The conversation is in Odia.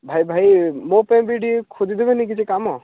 ଭାଇ ଭାଇ ମୋ ପାଇଁ ବି ଟିକେ ଖୋଜି ଦେବେନି କିଛି କାମ